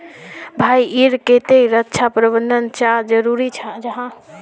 भाई ईर केते रक्षा प्रबंधन चाँ जरूरी जाहा?